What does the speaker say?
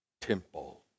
temple